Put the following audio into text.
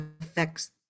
affects